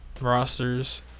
rosters